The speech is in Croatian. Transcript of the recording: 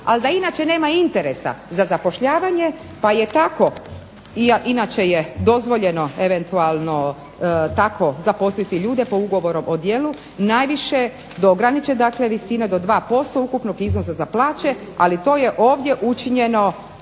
ali da inače nema interesa za zapošljavanje, pa je tako, inače je dozvoljeno eventualno tako zaposliti ljude na ugovor o djelu najviše do 2% ukupnog iznosa za plaće ali to je ovdje učinjeno